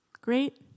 Great